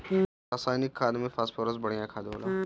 रासायनिक खाद में फॉस्फोरस बढ़िया खाद होला